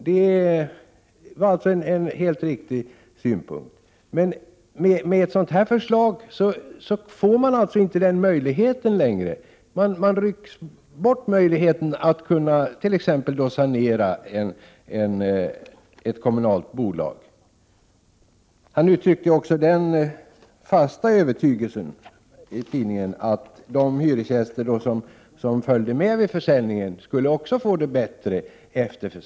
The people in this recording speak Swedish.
Genomförs nu det föreliggande förslaget får man alltså inte den möjlighet som det här är fråga om. Det skulle alltså inte gå att t.ex. sanera ett kommunalt bolag. Lennart Nilsson uttryckte också i tidningsartikeln den fasta övertygelsen att de hyresgäster som skulle beröras av försäljningen skulle få det bättre efteråt.